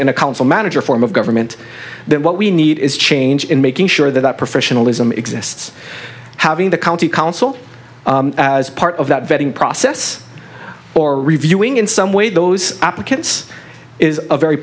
council manager form of government that what we need is change in making sure that professionalism exists having the county council as part of that vetting process or reviewing in some way those applicants is a very